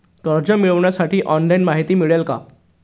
कर्ज मिळविण्यासाठी ऑनलाइन माहिती मिळेल का?